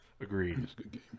agreed